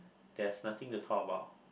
there's nothing to talk about